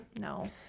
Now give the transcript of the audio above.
No